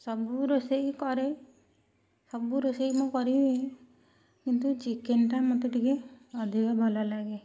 ସବୁ ରୋଷେଇ କରେ ସବୁ ରୋଷେଇ ମୁଁ କରିବି କିନ୍ତୁ ଚିକେନ୍ ଟା ମୋତେ ଟିକେ ଅଧିକ ଭଲ ଲାଗେ